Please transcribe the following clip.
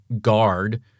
guard